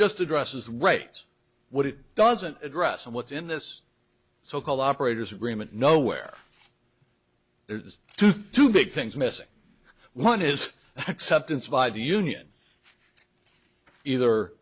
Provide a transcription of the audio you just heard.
just addresses right what it doesn't address and what's in this so called operators agreement no where there's two big things missing one is acceptance by the union either